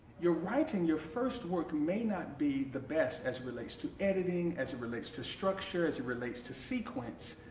you're writing your first work may not be the best as it relates to editing as it relates to structure, as it relates to sequence.